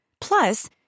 Plus